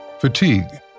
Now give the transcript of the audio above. fatigue